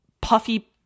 puffy